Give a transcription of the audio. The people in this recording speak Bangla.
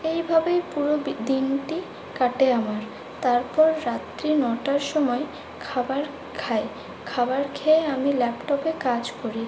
এইভাবেই পুরো দিনটি কাটে আমার তারপর রাত্রি নটার সময় খাবার খাই খাবার খেয়ে আমি ল্যাপটপে কাজ করি